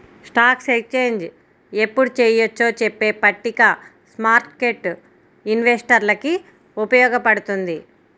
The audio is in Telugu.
స్టాక్ ఎక్స్చేంజ్ ఎప్పుడు చెయ్యొచ్చో చెప్పే పట్టిక స్మార్కెట్టు ఇన్వెస్టర్లకి ఉపయోగపడుతుంది